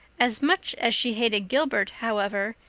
as much as she hated gilbert, however,